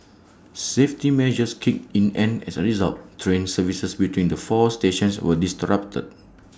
safety measures kicked in and as A result train services between the four stations were disrupted